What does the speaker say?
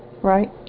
Right